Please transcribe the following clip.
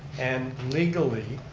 and legally,